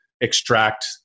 extract